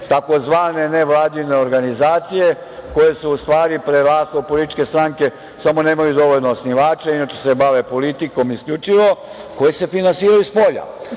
tzv. nevladine organizacije koje su u stvari prerasle u političke stranke samo nemaju dovoljno osnivače, inače se bave politikom, isključivo koje se finansiraju spolja.